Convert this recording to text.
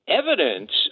evidence